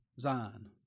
Zion